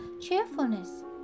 cheerfulness